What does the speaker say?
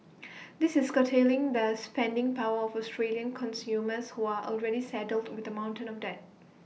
this is curtailing the spending power of Australian consumers who are already saddled with A mountain of debt